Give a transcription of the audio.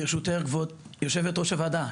ברשותך, כבוד יושבת-ראש הוועדה.